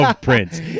Prince